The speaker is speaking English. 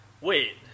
Wait